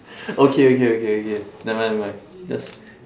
okay okay okay okay never mind never mind just